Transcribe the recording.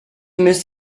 miss